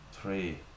three